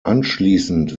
anschließend